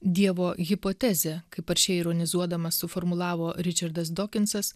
dievo hipotezė kaip aršiai ironizuodamas suformulavo ričardas dokinsas